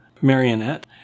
Marionette